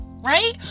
right